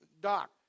Doc